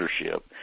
leadership